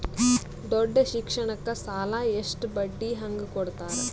ದೊಡ್ಡ ಶಿಕ್ಷಣಕ್ಕ ಸಾಲ ಎಷ್ಟ ಬಡ್ಡಿ ಹಂಗ ಕೊಡ್ತಾರ?